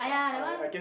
!aiya! that one